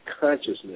Consciousness